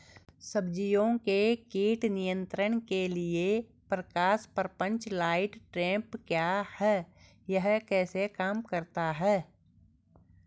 सब्जियों के कीट नियंत्रण के लिए प्रकाश प्रपंच लाइट ट्रैप क्या है यह कैसे काम करता है?